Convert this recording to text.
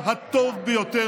תתבייש.